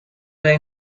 they